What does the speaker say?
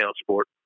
sport